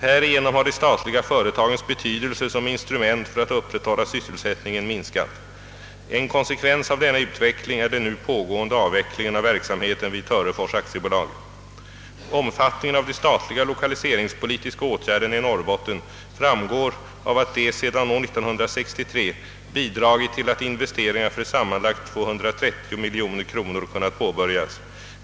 Härigenom har de statliga företagens betydelse som instrument för att upprätthålla sysselsättningen minskat. En konsekvens av denna utveckling är den nu pågående avvecklingen av verksamheten vid Törefors AB. Omfattningen av de statliga lokaliseringspolitiska åtgärderna i Norrbotten framgår av att de sedan år 1963 bidragit till att investeringar för sammanlagt 230 miljoner kronor kunnat påbörjas.